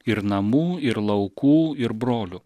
ir namų ir laukų ir brolių